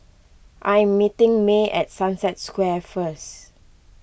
I am meeting May at Sunset Square first